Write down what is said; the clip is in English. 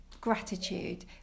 gratitude